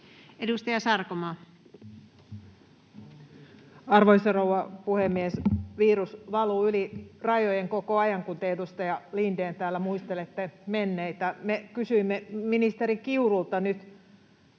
18:44 Content: Arvoisa rouva puhemies! Virus valuu yli rajojen koko ajan, kun te, edustaja Lindén, täällä muistelette menneitä. Me kysymme ministeri Kiurulta nyt